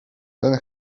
ten